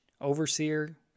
overseer